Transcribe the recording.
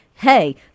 Hey